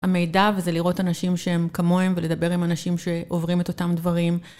המידע, וזה לראות אנשים שהם כמוהם, ולדבר עם אנשים שעוברים את אותם דברים.